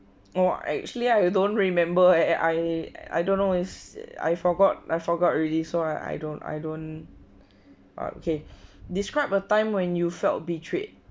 no actually I don't remember eh I I don't know is I forgot I forgot already so I don't I don't okay describe a time when you felt betrayed